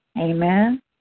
Amen